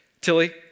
Tilly